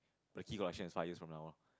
the key collection is five years from now on